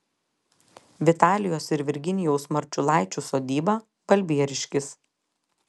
vitalijos ir virginijaus marčiulaičių sodyba balbieriškis